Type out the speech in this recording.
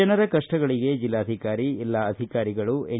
ಜನರ ಕಪ್ಪಗಳಿಗೆ ಜಿಲ್ಲಾಧಿಕಾರಿ ಎಲ್ಲಾ ಅಧಿಕಾರಿಗಳು ಎನ್